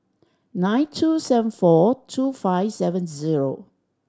nine two seven four two five seven zero